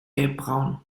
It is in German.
gelbbraun